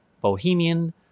Bohemian